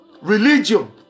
Religion